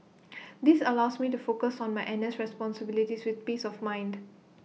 this allows me to focus on my N S responsibilities with peace of mind